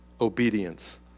obedience